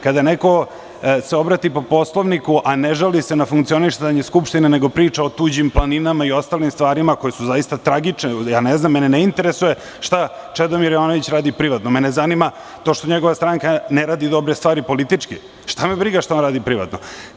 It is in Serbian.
Kada se neko obrati po poslovniku, a ne žali se na funkcionisanje Skupštine nego priča o tuđim planinama i ostalim stvarima, koje su zaista tragične, ne znam, mene ne interesuje šta Čedomir Jovanović radi privatno, mene zanima to što njegova stranka ne radi dobro stvari politički, šta me briga šta ona radi privatno.